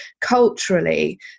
culturally